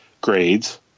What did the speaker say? grades